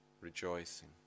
Rejoicing